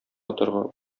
атарга